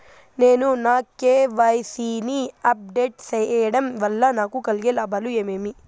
నేను నా కె.వై.సి ని అప్ డేట్ సేయడం వల్ల నాకు కలిగే లాభాలు ఏమేమీ?